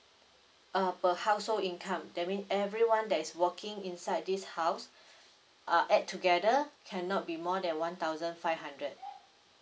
uh per household income that mean everyone that is working inside this house uh add together cannot be more than one thousand five hundred